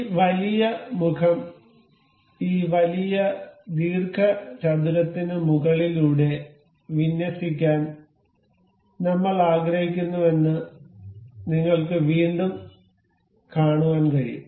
ഈ വലിയ മുഖം ഈ വലിയ ദീർഘചതുരത്തിന് മുകളിലൂടെ വിന്യസിക്കാൻ നമ്മൾ ആഗ്രഹിക്കുന്നുവെന്ന് നിങ്ങൾക്ക് വീണ്ടും കാണാൻ കഴിയും